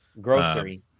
grocery